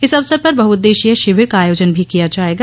इस अवसर पर बहुद्देशीय शिविर का आयोजन भी किया जायेगा